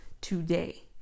today